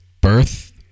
birth